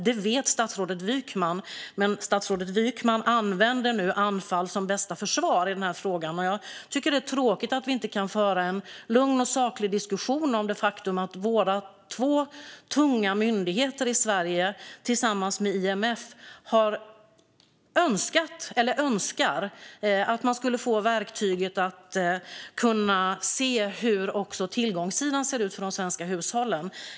Det vet statsrådet Wykman. Men statsrådet Wykman använder nu anfall som bästa försvar i frågan. Det är tråkigt att vi inte kan föra en lugn och saklig diskussion om att våra två tunga myndigheter i Sverige tillsammans med IMF önskar få verktyget att se hur också tillgångssidan ser ut för de svenska hushållen.